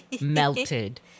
melted